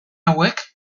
hauek